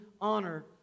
honor